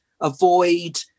avoid